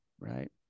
right